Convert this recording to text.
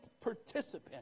participant